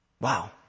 Wow